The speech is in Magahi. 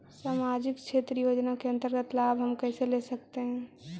समाजिक क्षेत्र योजना के अंतर्गत लाभ हम कैसे ले सकतें हैं?